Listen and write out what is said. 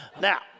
Now